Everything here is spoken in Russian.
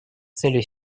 целью